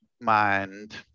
mind